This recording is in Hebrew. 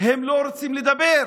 הם לא רוצים לדבר